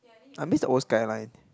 I miss the old skyline